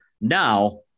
Now